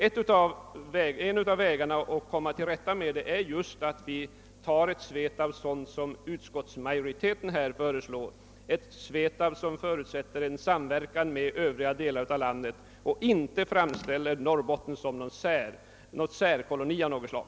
En av vägarna att komma till rätta med problemen är att vi accepterar det SVE TAB som utskottsmajoriteten föreslår, ett SVETAB som förutsätter samverkan med övriga delar av landet och alltså inte framställer Norrbotten som en särkoloni av något slag.